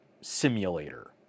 simulator